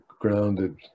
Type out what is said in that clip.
grounded